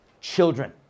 children